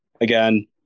again